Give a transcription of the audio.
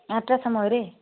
ଆଠଟା ସମୟରେ